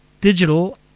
Digital